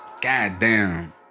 Goddamn